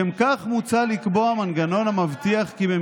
שמתם את החוק לקיצוץ בדמי הלידה של יולדות